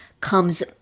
comes